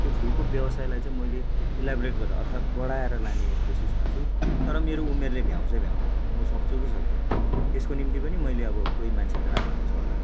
त्यो फुलको व्यवसायलाई चाहिँ मैले इलाबोरेट गरेर अर्थात् बढाएर लाने कोसिसमा छु तर मेरो उमेरले भ्याउँछ भ्याउँदैन म सक्छु कि सक्दिनँ त्यसको निम्ति पनि मैले अब कोही मान्छे त राख्नुपर्छ होला